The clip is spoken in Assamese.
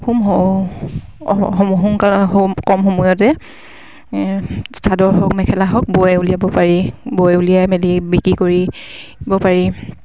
কম সময়তে চাদৰ হওক মেখেলা হওক বৈ উলিয়াব পাৰি বৈ উলিয়াই মেলি বিক্ৰী কৰি পাৰি